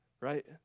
right